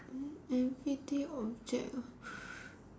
mm everyday object ah